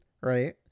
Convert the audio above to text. right